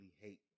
hate